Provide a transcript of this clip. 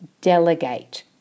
delegate